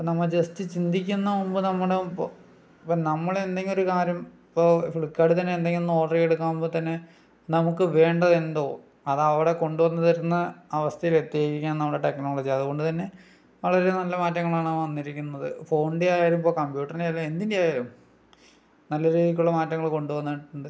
ഇപ്പം നമ്മ ജസ്റ്റ് ചിന്തിക്കുന്ന മുമ്പ് നമ്മടെ പോ ഇപ്പം നമ്മള് എന്തെങ്കിലും ഒരു കാര്യം ഇപ്പോൾ ഫ്ലിപ്കാർട്ടിൽ തന്നെ എന്തെങ്കിലും ഒന്ന് ഓർഡർ ചെയ്തെടുക്കുമ്പോൾ തന്നെ നമുക്ക് വേണ്ടതെന്തോ അതവിടെ കൊണ്ടു വന്നു തരുന്ന അവസ്ഥയില് എത്തിയിരിക്കയാണ് നമ്മുടെ ടെക്നോളജി അതുകൊണ്ട് തന്നെ വളരെ നല്ല മാറ്റങ്ങളാണ് ആ വന്നിരിക്കുന്നത് ഫോണിൻ്റെ ആയാലും ഇപ്പോൾ കംപ്യൂട്ടറിൻ്റെ ആയാലും എന്തിൻ്റെ ആയാലും നല്ല രീതിക്കുള്ള മാറ്റങ്ങള് കൊണ്ടു വന്നിട്ടുണ്ട്